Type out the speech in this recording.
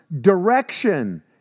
direction